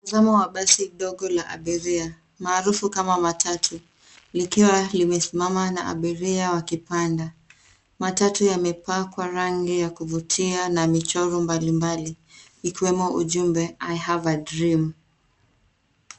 Mtazamo wa basi dogo la abiria maarufu kama matatu likiwa limesimama na abiria wakipanda. Matatu yamepakwa rangi ya kuvutia na michoro mbalimbali ikiwemo ujumbe I have a dream .